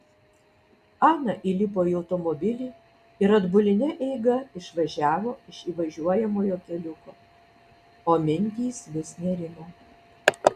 ana įlipo į automobilį ir atbuline eiga išvažiavo iš įvažiuojamojo keliuko o mintys vis nerimo